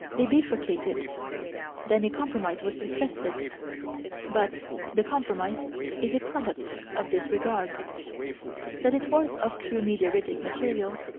they bifurcated then a compromise was suggested but the compromise is a product of disregard that it was of true meteoritic material,